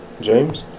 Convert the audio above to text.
James